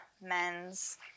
men's